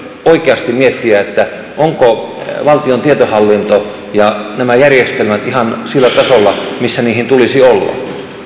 oikeasti miettiä ovatko valtion tietohallinto ja nämä järjestelmät ihan sillä tasolla millä niiden tulisi olla